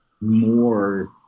more